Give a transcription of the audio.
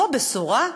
זו בשורה.